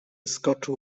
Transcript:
skoczył